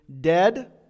dead